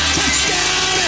Touchdown